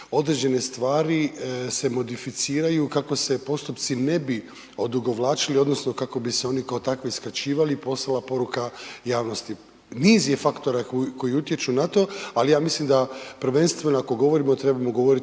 određene stvari se modificiraju kako se postupci ne bi odugovlačili, odnosno kako bi se oni kao takvi skraćivali, poslala poruka javnosti. Niz je faktora koji utječu na to, ali ja mislim da prvenstveno, ako govorimo, trebamo govoriti